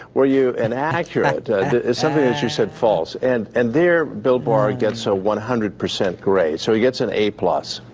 where you an accurate as something that you said false and and their bill bar gets a one hundred percent great, so he gets an a plus.